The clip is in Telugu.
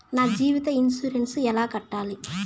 నా జీవిత ఇన్సూరెన్సు ఎలా కట్టాలి?